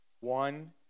One